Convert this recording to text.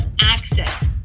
access